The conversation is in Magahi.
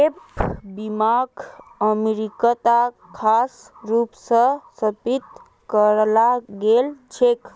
गैप बीमाक अमरीकात खास रूप स स्थापित कराल गेल छेक